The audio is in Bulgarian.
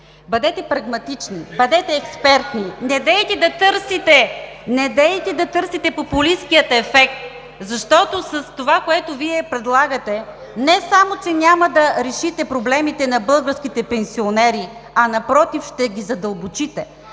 Бъдете прагматични, бъдете експертни! Недейте да търсите популистки ефект. Защото с това, което предлагате, не само че няма да решите проблемите на българските пенсионери, а напротив, ще ги задълбочите,